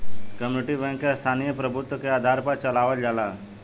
community bank के स्थानीय प्रभुत्व के आधार पर चलावल जाला